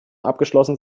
abgeschlossen